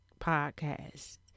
podcast